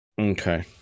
Okay